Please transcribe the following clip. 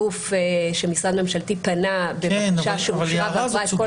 שמשרד ממשלתי פנה בבקשה שאושרה ועברה את כל המשוכות,